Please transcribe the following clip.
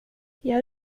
gör